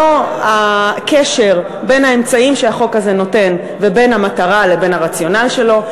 לא הקשר בין האמצעים שהחוק הזה נותן ובין המטרה לבין הרציונל שלו,